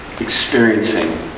experiencing